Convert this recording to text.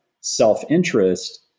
self-interest